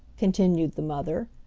continued the mother,